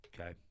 Okay